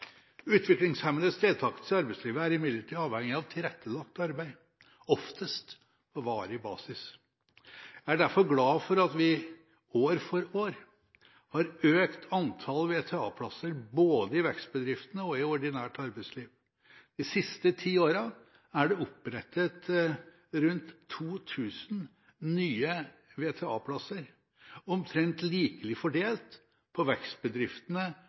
Utviklingshemmedes deltakelse i arbeidslivet er imidlertid avhengig av tilrettelagt arbeid, oftest på varig basis. Jeg er derfor glad for at vi år for år har økt antallet VTA-plasser både i vekstbedriftene og i ordinært arbeidsliv. De siste ti årene er det opprettet rundt 2 000 nye VTA-plasser, omtrent likelig fordelt på vekstbedriftene